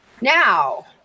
Now